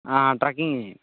ആ ട്രക്കിംഗ്